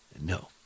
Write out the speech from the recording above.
No